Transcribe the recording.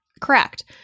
Correct